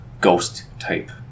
ghost-type